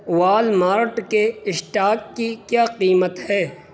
وال مارٹ کے اسٹاک کی کیا قیمت ہے